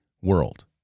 world